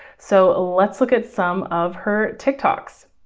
so let's look at some of her tiktoks.